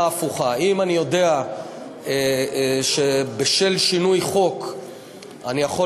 ההפוכה: אם אני יודע שבשל שינוי חוק אני יכול